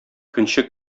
көнче